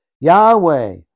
Yahweh